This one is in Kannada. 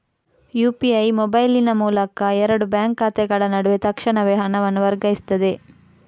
ಯು.ಪಿ.ಐ ಮೊಬೈಲಿನ ಮೂಲಕ ಎರಡು ಬ್ಯಾಂಕ್ ಖಾತೆಗಳ ನಡುವೆ ತಕ್ಷಣವೇ ಹಣವನ್ನು ವರ್ಗಾಯಿಸ್ತದೆ